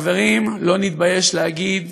חברים, לא נתבייש להגיד: